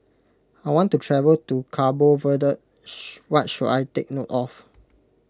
I want to travel to Cabo Verde what should I take note of